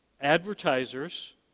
advertisers